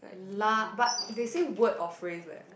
lah but they said word or phrase leh